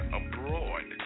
abroad